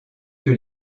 que